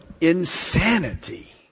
insanity